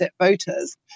voters